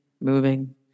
moving